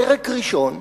פרק ראשון,